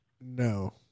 No